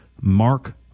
Mark